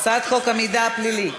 הצעת חוק המידע הפלילי,